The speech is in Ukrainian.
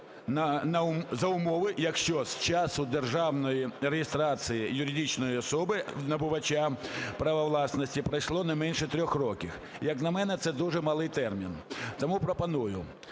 за умови, якщо з часу державної реєстрації юридичної особи - набувача права власності пройшло не менше трьох років. Як на мене, це дуже малий термін, тому пропоную